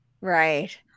Right